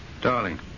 Darling